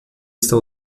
está